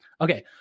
Okay